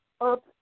up